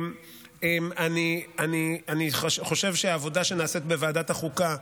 אני חושב שהעבודה שנעשית בוועדת החוקה,